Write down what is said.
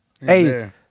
Hey